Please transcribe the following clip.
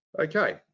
Okay